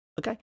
Okay